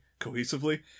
cohesively